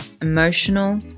emotional